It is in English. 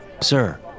Sir